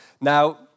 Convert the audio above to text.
Now